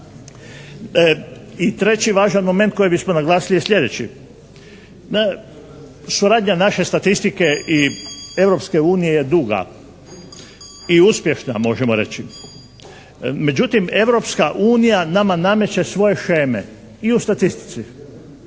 I treći važan moment kojeg bismo naglasiti je sljedeći. Suradnja naše statistike i Europske unije je duga i uspješna možemo reći. Međutim, Europska unija nama nameće svoje šeme, i u statistici.